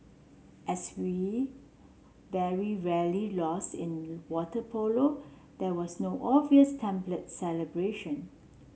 as we very rarely lose in water polo there was no obvious template celebration